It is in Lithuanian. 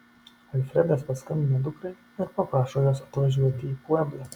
alfredas paskambina dukrai ir paprašo jos atvažiuoti į pueblą